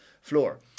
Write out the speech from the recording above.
floor